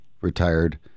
retired